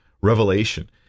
Revelation